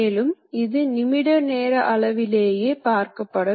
ஆனால் கடினமான வெட்டுக்களுக்கு நம்மால் ஆழம் கொடுக்க முடியும்